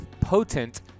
potent